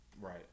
Right